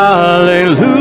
hallelujah